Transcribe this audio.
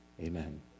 amen